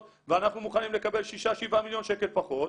ואנחנו מוכנים לקבל שישה-שבעה מיליון שקל פחות.